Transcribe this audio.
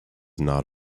not